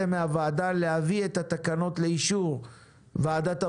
מהוועדה להביא את התקנות לאישור ועדת הבריאות,